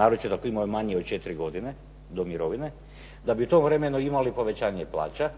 naročito ako imaju manje od četiri godine do mirovine da bi u tom vremenu imali povećanje plaća